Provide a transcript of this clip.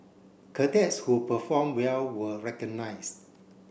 cadets who perform well were recognised